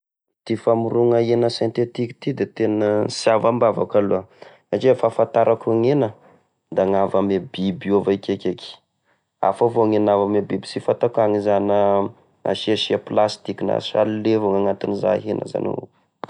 Ity famorona hena sentetika ity da tena sy avy ambavako aloa, satria e fahafantarako gn'hena, da gn'avy ame biby io vaekeky! hafa vao gn'hena avy ame biby, sy fatako agny iza na asiasia plastika na sharle avao gne agnatin'iza hena za o eo.